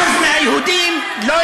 ואחת הבעיות הגדולות שלהם, שהם לא יודעים